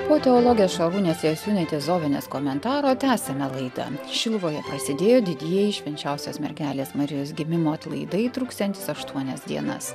po teologės šarūnės jasiūnaitės zovienės komentaro tęsiame laidą šiluvoje prasidėjo didieji švenčiausios mergelės marijos gimimo atlaidai truksiantys aštuonias dienas